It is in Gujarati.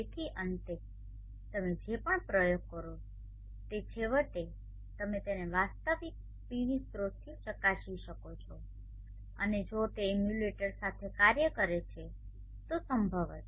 તેથી અંતે તમે જે પણ પ્રયોગ કર્યો છે તે છેવટે તમે તેને વાસ્તવિક પીવી સ્રોતથી ચકાસી શકો છો અને જો તે ઇમ્યુલેટર સાથે કાર્ય કરે છે તો સંભવત